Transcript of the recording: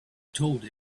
told